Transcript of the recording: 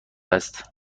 است